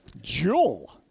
jewel